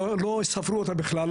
לא ספרו אותה בכלל,